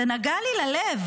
זה נגע לי בלב,